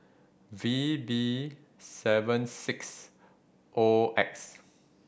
V B seven six O X